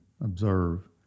observe